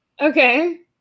Okay